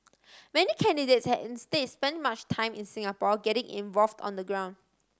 many candidates has instead spent much time in Singapore getting involved on the ground